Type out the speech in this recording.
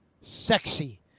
sexy